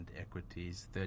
equities